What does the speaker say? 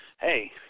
hey